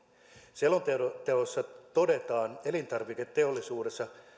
selonteossa todetaan elintarviketeollisuudessa